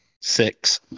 six